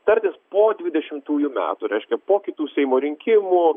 tartis po dvidešimtųjų metų reiškia po kitų seimo rinkimų